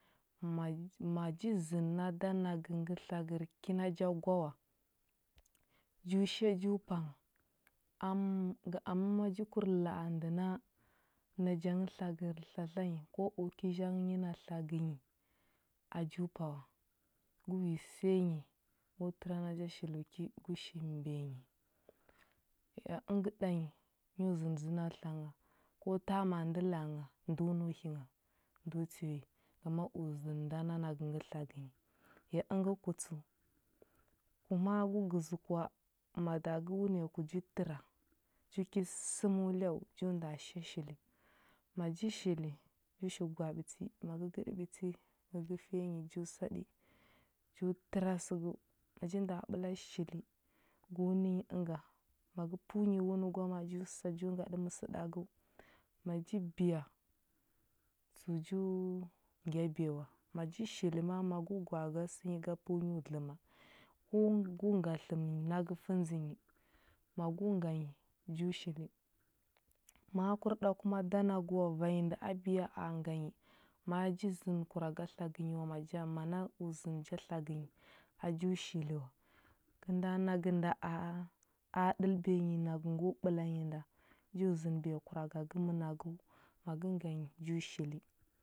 Ma jə ma ji zənə na a da nagə ngə tlagər ki na ja gwa wa, ju sha ju pa ngha. Am amm ma ji kur la a ndə na naja ngə tlagər tla tla nyi ko ki zhang nyi na tlagə nyi, a ju pa wa. Gu yi səya nyi gu təra na ja shilo ki, gu shili mbiya nyi. ya əngə ɗanyi nyo zənədzə na tla ngha ko tama ndə la a ngha ndo nəu hi ngha ndo tiwi. Amma o zənə nda na nagə ngə tlagə nyi. Ya əngə ku tsəu, ku ma a gu gəzə kua, mada gə wuniya ku ji təra ju ki səmo lyau ju nda sha shili, ma ji shili, ji shi gwa a ɓiti, ma gə gəɗə ɓiti, ma gə fiya ju saɗi, ju təra səgəu. Ma ji nda ɓəla shili, gu nə yi ənga. Ma gə pəu nyi wunə gwa ma a ju sa ju ngaɗə məsəɗagəu. maji biya, tsəu jo ngya biya wa. ma ji shili ma a ma go gwa a ga sə nyi ga pəu nyo dləma, go go nga tləm nyi nagə fəndzə nyi, ma go nga nyi ju shili. Ma a kur ɗa kuma da nagə wa vanyi ndə a biya a nga nyi, ma a ji zənə kuraga tlagə nyi wa, maja mana u zənə ja tlagə nyi, a ju shili wa. Kəlnda nagə nda a a- a ɗəlbiya nyi, nagə ngo ɓəla nyi nda ju zənəbiya kuraga gə mənagəu. Ma gə nga nyi ju shili.